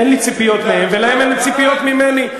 אין לי ציפיות מהם ולהם אין ציפיות ממני.